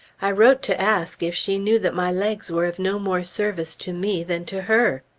i wrote to ask if she knew that my legs were of no more service to me than to her?